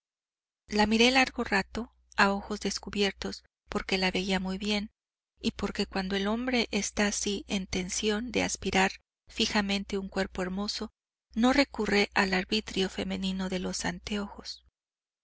la miré largo rato a ojos descubiertos porque la veía muy bien y porque cuando el hombre está así en tensión de aspirar fijamente un cuerpo hermoso no recurre al arbitrio femenino de los anteojos